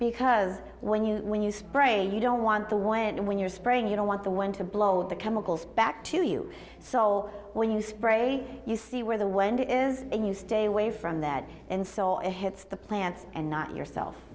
because when you when you spray you don't want the when and when you're spraying you don't want the one to blow the chemicals back to you so when you spray you see where the wind is and you stay away from that and so it hits the plants and not yourself